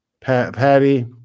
Patty